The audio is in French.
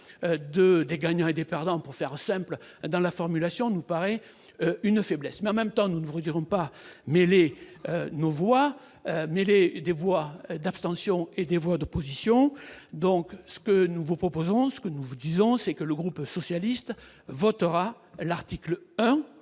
des gagnants et des parlant, pour faire simple, dans la formulation nous paraît une faiblesse, mais en même temps nous n'ouvrirons pas mêler nos voix mêlées des voies d'abstention et des voix d'opposition donc ce que nous vous proposons ce que nous vous disons, c'est que le groupe socialiste votera l'article